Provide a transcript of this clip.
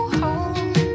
home